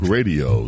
Radio